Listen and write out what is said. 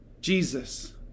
Jesus